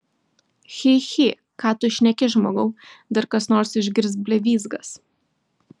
chi chi ką tu šneki žmogau dar kas nors išgirs blevyzgas